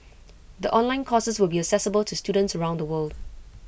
the online courses will be accessible to students around the world